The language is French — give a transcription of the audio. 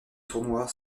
tournoi